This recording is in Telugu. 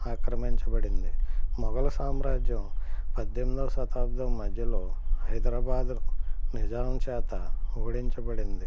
ఆక్రమించబడింది మొఘలు సామ్రాజ్యం పద్దెనిమిదవ శతాబ్దం మధ్యలో హైదరాబాద్ నిజాం చేత ఓడించబడింది